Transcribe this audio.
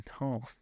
no